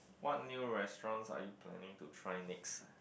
what new restaurants are you planning to try next